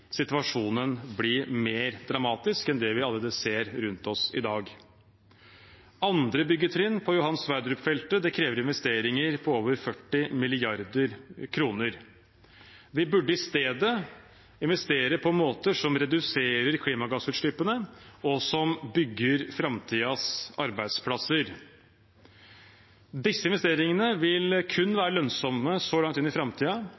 situasjonen bli mer dramatisk enn det vi allerede ser rundt oss. Andre byggetrinn for Johan Sverdrup-feltet krever investeringer på over 40 mrd. kr. Vi burde i stedet investere i måter som reduserer klimagassutslippene, og som bygger framtidens arbeidsplasser. Disse investeringene vil kun være lønnsomme så langt inn i